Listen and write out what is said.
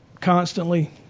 constantly